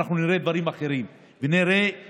ואנחנו נראה דברים אחרים ונראה